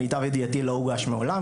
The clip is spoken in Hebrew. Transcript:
למיטב ידיעתי לא הוגש מעולם.